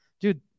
dude